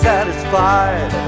satisfied